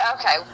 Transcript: Okay